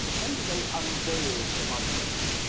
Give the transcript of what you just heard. when do they unveil the monument?